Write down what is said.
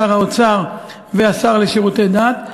שר האוצר והשר לשירותי דת,